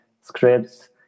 scripts